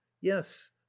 yes